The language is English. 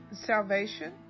salvation